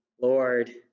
Lord